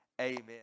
amen